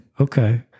okay